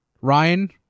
Ryan